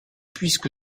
puisque